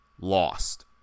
Lost